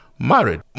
Married